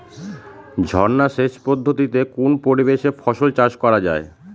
ঝর্না সেচ পদ্ধতিতে কোন পরিবেশে ফসল চাষ করা যায়?